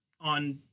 on